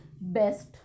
best